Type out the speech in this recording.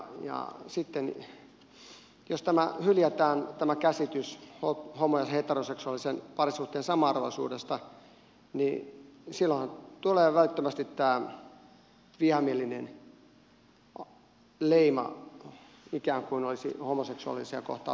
ja sitten jos tämä käsitys homo ja heteroseksuaalisen parisuhteen samanarvoisuudesta hyljätään niin silloinhan tulee välittömästi tämä vihamielinen leima ikään kuin olisi homoseksuaalisia kohtaan vihamielinen